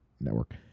network